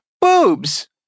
Boobs